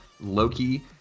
Loki